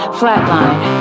flatline